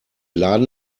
laden